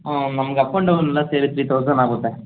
ಹ್ಞೂ ನಮ್ಗೆ up and ಡೌನೆಲ್ಲ ಸೇರಿ ಥ್ರೀ ಥೌಸಂಡ್ ಆಗುತ್ತೆ